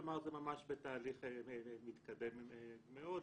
כלומר זה ממש בתהליך מתקדם מאוד,